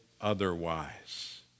otherwise